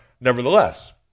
Nevertheless